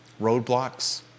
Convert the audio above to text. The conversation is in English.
roadblocks